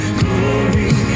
glory